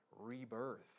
rebirth